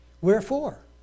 Wherefore